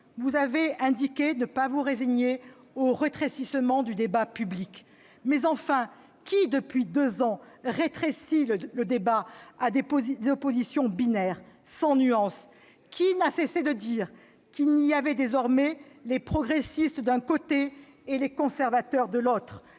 vous avez indiqué ne pas vous résigner au « rétrécissement du débat public ». Mais enfin, qui, depuis deux ans, rétrécit le débat à des oppositions binaires, sans nuances ? Qui n'a cessé de dire qu'il y avait désormais les progressistes, d'un côté, et les conservateurs, de l'autre,